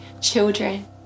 children